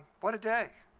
what a day.